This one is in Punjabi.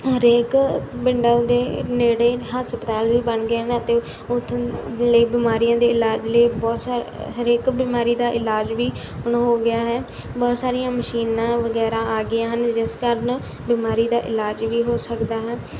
ਹਰੇਕ ਪਿੰਡਾਂ ਦੇ ਨੇੜੇ ਹਸਪਤਾਲ ਵੀ ਬਣ ਗਏ ਹਨ ਅਤੇ ਉੱਥੋਂ ਲਈ ਬਿਮਾਰੀਆਂ ਦੇ ਇਲਾਜ ਲਈ ਬਹੁਤ ਸਾ ਹਰੇਕ ਬਿਮਾਰੀ ਦਾ ਇਲਾਜ ਵੀ ਹੁਣ ਹੋ ਗਿਆ ਹੈ ਬਹੁਤ ਸਾਰੀਆਂ ਮਸ਼ੀਨਾਂ ਵਗੈਰਾ ਆ ਗਈਆਂ ਹਨ ਜਿਸ ਕਾਰਨ ਬਿਮਾਰੀ ਦਾ ਇਲਾਜ ਵੀ ਹੋ ਸਕਦਾ ਹੈ